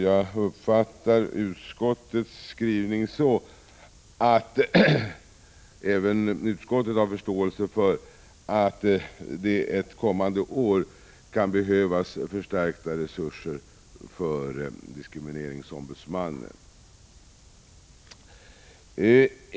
Jag uppfattar utskottets skrivning så, att även utskottet har förståelse för att det ett kommande år kan behövas förstärkta resurser för diskrimineringsombudsmannen.